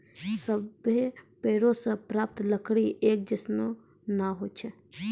सभ्भे पेड़ों सें प्राप्त लकड़ी एक जैसन नै होय छै